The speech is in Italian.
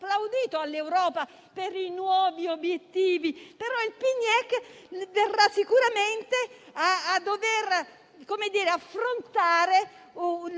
all'Europa per i nuovi obiettivi, però il PNIEC si troverà sicuramente ad affrontare